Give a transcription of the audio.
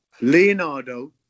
Leonardo